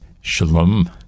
Shalom